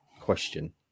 question